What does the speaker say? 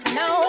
no